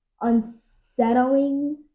unsettling